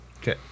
Okay